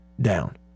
down